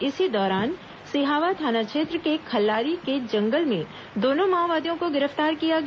इसी दौरान सिहावा थाना क्षेत्र के खल्लारी के जंगल में दोनों माओवादियों को गिरफ्तार किया गया